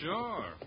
Sure